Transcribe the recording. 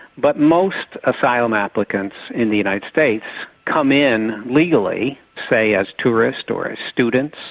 but most asylum applicants in the united states come in legally, say as tourists, or as students,